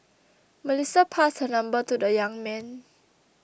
Melissa passed her number to the young man